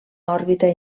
òrbita